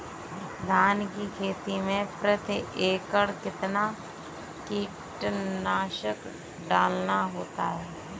धान की खेती में प्रति एकड़ कितना कीटनाशक डालना होता है?